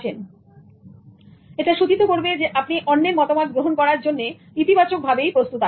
সুতরাং এটা সূচিত করবে যে আপনি অন্যের মতামত গ্রহণ করার জন্য ইতিবাচকভাবেই প্রস্তুত আছেন